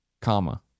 comma